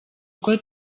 uko